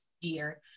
year